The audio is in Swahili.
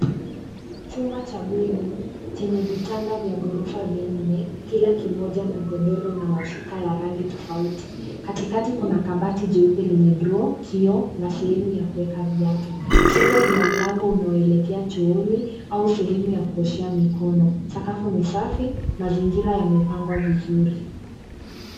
Chumba cha bweni, chenye vitanda vya gorofa vinne, kila kimoja na godoro na mashuka ya rangi tofauti. Katikati kuna kabati jeupe lenye drawer , kioo na sehemu ya kuweka viatu. Kushoto kuna mlango unaoelekea chooni au sehemu ya kuoshea mikono. Sakafu ni safi, mazingira yamepangwa vizuri.